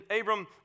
Abram